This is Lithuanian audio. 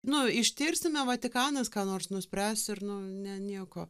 nu ištirsime vatikanas ką nors nuspręs ir nu ne nieko